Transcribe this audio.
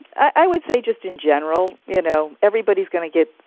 i would say just in general, you know. everybody's going to get,